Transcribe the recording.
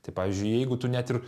tai pavyzdžiui jeigu tu net ir